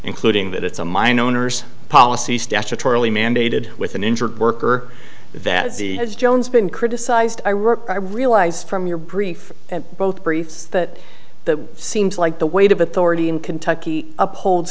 including that it's a mine owners policy statutorily mandated with an injured worker that has jones been criticized i realized from your brief that both briefs that that seems like the weight of authority in kentucky uphold